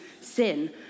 sin